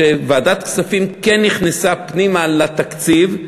שוועדת הכספים כן נכנסה פנימה לתקציב,